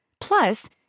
Plus